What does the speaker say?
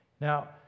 Now